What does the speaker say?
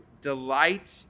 delight